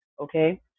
okay